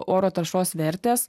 oro taršos vertės